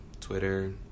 Twitter